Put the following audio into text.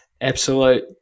Absolute